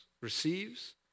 receives